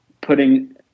putting